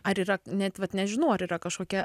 ar yra net vat nežinau ar yra kažkokia